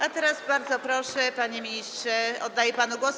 A teraz bardzo proszę, panie ministrze, oddaję panu głos.